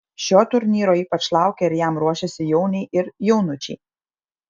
šio turnyro ypač laukia ir jam ruošiasi jauniai ir jaunučiai